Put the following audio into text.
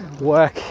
work